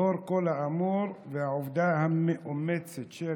לאור כל האמור, והעבודה המאומצת של